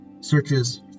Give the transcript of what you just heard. searches